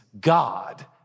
God